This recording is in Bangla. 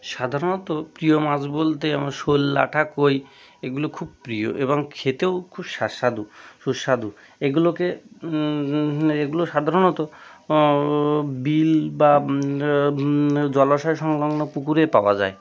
সাধারণত প্রিয় মাছ বলতে আমার শোল ল্যাঠা কই এগুলো খুব প্রিয় এবং খেতেও খুব সাস্বাদু সুস্বাদু এগুলোকে এগুলো সাধারণত ও বিল বা জলাশয় সংলগ্ন পুকুরে পাওয়া যায়